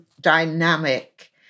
dynamic